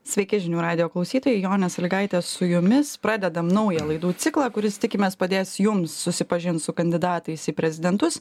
sveiki žinių radijo klausytojai jonė saligaitė su jumis pradedam naują laidų ciklą kuris tikimės padės jums susipažint su kandidatais į prezidentus